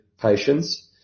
patients